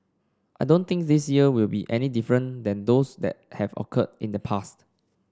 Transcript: I don't think this year will be any different than those that have occurred in the past